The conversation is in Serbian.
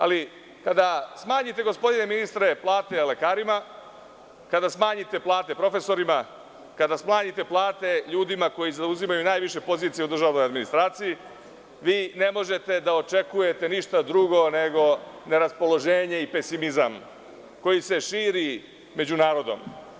Ali, kada smanjite, gospodine ministre, plate lekarima, kada smanjite plate profesorima, kada smanjite plate ljudima koji zauzimaju najviše pozicije u državnoj administraciji, vi ne možete da očekujete ništa drugo nego neraspoloženje i pesimizam koji se širi među narodom.